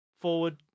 Forward